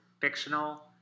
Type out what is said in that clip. fictional